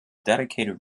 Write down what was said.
dedicated